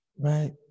Right